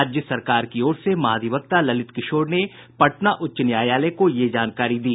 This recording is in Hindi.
राज्य सरकार की ओर से महाधिवक्ता ललित किशोर ने पटना उच्च न्यायालय को यह जानकारी दी